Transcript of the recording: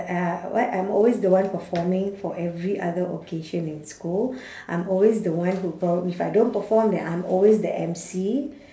uh what I'm always the one performing for every other occasion in school I'm always the one who perform if I don't perform then I'm always the M_C